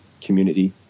community